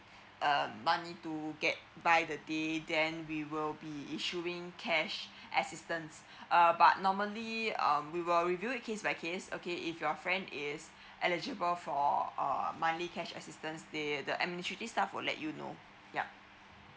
uh money to get by the day then we will be issuing cash assistance uh but normally um we will review case by case okay if your friend is eligible for uh monthly cash assistance they the administrative staff will let you know yup